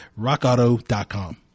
RockAuto.com